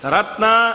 Ratna